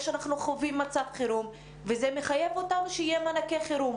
אנחנו חווים מצב חירום וזה מחייב אותנו שיהיו מענק חירום.